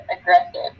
aggressive